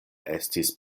estis